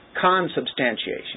consubstantiation